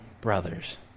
brothers